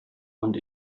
und